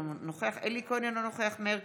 אינו נוכח צחי הנגבי,